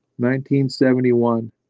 1971